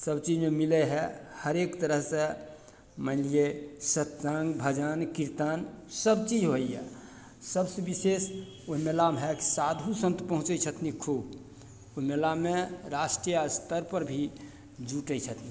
सबचीजमे मिलय हइ हरेक तरहसँ मानि लिय सत्संग भजन कीर्तन सबचीज होइए सबसँ विशेष ओइ मेलामे हइ कि साधु सन्त पहुँचय छथिन खूब ओइ मेलामे राष्ट्रिय स्तरपर भी जुटय छथिन